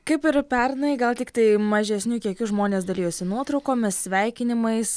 kaip ir pernai gal tiktai mažesniu kiekiu žmonės dalijosi nuotraukomis sveikinimais